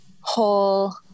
whole